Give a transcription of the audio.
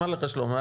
אמר לך שלמה,